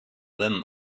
then